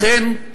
לכן,